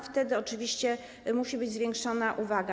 Wtedy oczywiście musi być zwiększona uwaga.